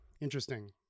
Interesting